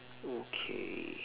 okay